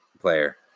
player